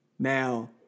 Now